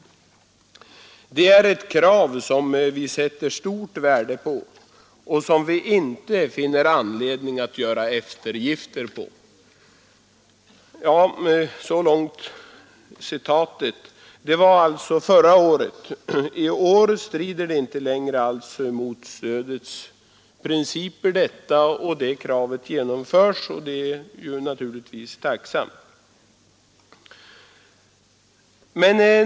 Det är ett krav som vi sätter stort värde på och som vi inte finner anledning att göra eftergifter på.” Det var alltså förra året detta uttalande gjordes. I år strider kravet alltså inte längre mot stödets principer och det genomförs, vilket naturligtvis är tacknämligt.